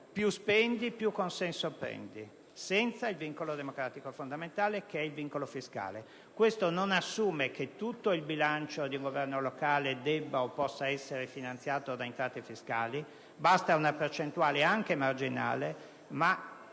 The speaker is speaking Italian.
si spende più consenso si prende, senza il vincolo democratico fondamentale che è quello fiscale. Questo non significa che tutto il bilancio del governo locale debba o possa essere finanziato da entrate fiscali: basta una percentuale anche marginale, ma